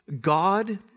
God